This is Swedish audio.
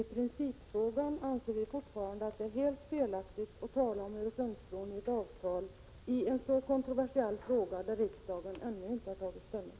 I principfrågan anser vi i vpk nämligen fortfarande att det är helt felaktigt att tala om Öresundsbron i ett avtal i en så kontroversiell fråga, där riksdagen ännu inte har tagit ställning.